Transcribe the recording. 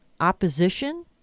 opposition